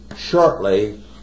shortly